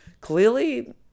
clearly